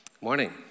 morning